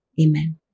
Amen